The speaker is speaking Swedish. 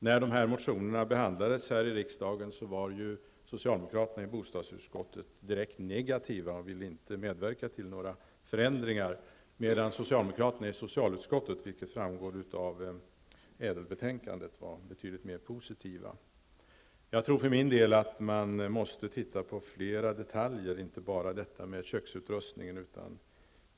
När dessa motioner behandlades här i riksdagen var socialdemokraterna i bostadsutskottet direkt negativa och ville inte medverka till några förändringar, medan socialdemokraterna i socialutskottet var betydligt mer positivt inställda, vilket framgår av ÄDEL För min del tror jag att man måste se på fler detaljer, och inte bara köksutrustningen.